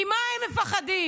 ממה הם מפחדים?